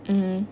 mmhmm